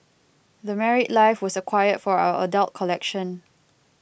The Married Life was acquired for our adult collection